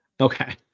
Okay